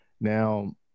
now